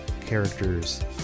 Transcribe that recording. characters